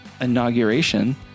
inauguration